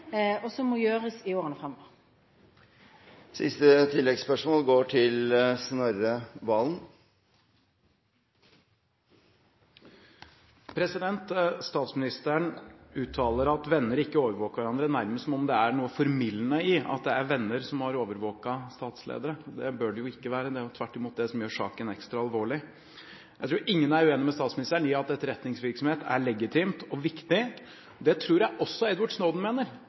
til oppfølgingsspørsmål. Statsministeren uttaler at venner ikke overvåker hverandre, nærmest som om det er noe formildende i at det er venner som har overvåket statsledere. Det bør det jo ikke være, det er tvert imot det som gjør saken ekstra alvorlig. Jeg tror ingen er uenig i at etterretningsvirksomhet er legitimt og viktig. Det tror jeg også Edward Snowden mener,